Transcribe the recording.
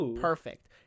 perfect